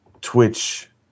Twitch